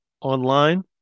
online